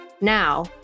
Now